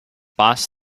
boss